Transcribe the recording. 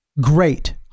great